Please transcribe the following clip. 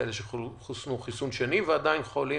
כאלה שחוסנו חיסון שני ועדיין חולים,